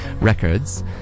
Records